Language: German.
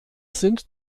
sind